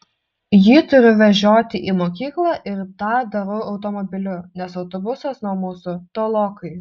jį turiu vežioti į mokyklą ir tą darau automobiliu nes autobusas nuo mūsų tolokai